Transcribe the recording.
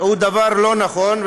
לא נכון,